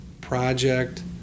project